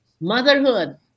motherhood